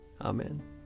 Amen